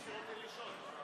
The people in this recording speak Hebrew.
(הישיבה נפסקה בשעה 02:29 ונתחדשה בשעה 15:10.) צוהריים טובים.